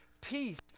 peace